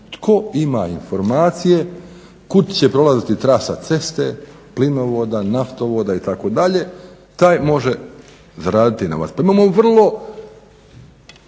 Tko ima informacije, kuda će prolaziti trasa ceste, plinovoda, naftovoda itd. taj može zaraditi novac.